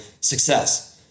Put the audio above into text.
success